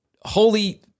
holy